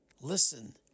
listen